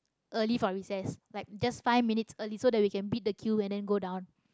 early for recess like just five minutes early so that we can beat the queue and then go down